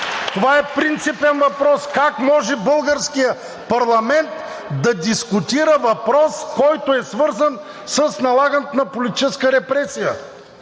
Това е принципен въпрос. Как може българският парламент да дискутира въпрос, който е свързан с налагането на политическа репресия?!